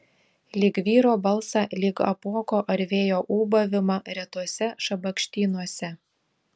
lyg vyro balsą lyg apuoko ar vėjo ūbavimą retuose šabakštynuose